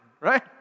Right